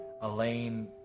Elaine